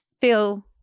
feel